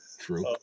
True